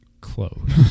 Close